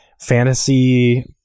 Fantasy